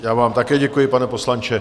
Já vám také děkuji, pane poslanče.